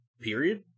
period